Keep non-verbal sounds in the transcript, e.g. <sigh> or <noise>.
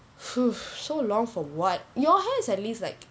<breath> so long for what your hair is at least like